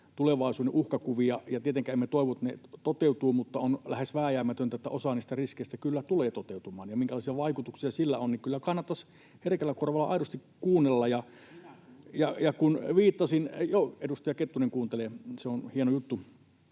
voi sitten olla. Tietenkään emme toivo, että ne toteutuvat, mutta on lähes vääjäämätöntä, että osa niistä riskeistä kyllä tulee toteutumaan. Ja minkälaisia vaikutuksia sillä on? Kyllä kannattaisi herkällä korvalla aidosti kuunnella. [Tuomas Kettunen: Minä kuuntelen!] Ja kun viittasin...